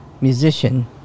musician